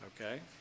Okay